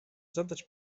zadać